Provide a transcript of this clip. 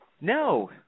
No